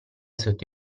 sotto